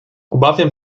obawiam